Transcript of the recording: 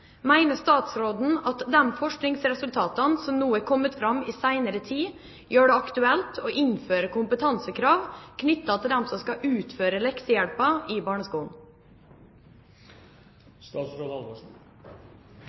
statsråden at de forskningsresultatene som nå har kommet fram i den senere tid, gjør det aktuelt å innføre kompetansekrav knyttet til dem som skal utføre leksehjelpen i